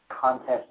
contest